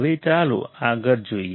હવે ચાલો આગળ જોઈએ